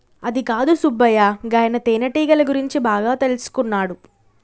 అదికాదు సుబ్బయ్య గాయన తేనెటీగల గురించి బాగా తెల్సుకున్నాడు